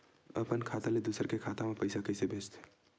अपन खाता ले दुसर के खाता मा पईसा कइसे भेजथे?